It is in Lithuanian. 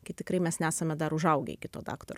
kai tikrai mes nesame dar užaugę iki to daktaro